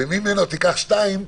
וממנו תיקח 2,